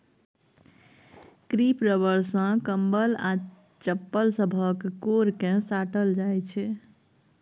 crepe rubber सँ कंबल आ चप्पल सभक कोर केँ साटल जाइ छै